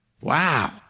Wow